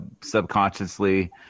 subconsciously